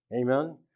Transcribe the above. Amen